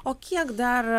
o kiek dar